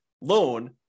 loan